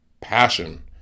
passion